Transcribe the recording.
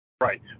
Right